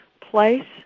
Place